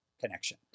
connection